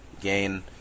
gain